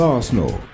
Arsenal